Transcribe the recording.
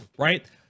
right